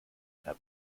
herr